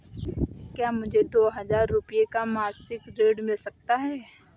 क्या मुझे दो हजार रूपए का मासिक ऋण मिल सकता है?